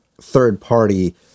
third-party